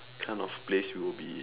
kind of place you would be